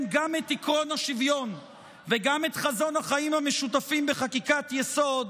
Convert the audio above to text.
גם את עקרון השוויון ואת חזון החיים המשותפים בחקיקת יסוד,